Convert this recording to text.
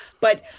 But-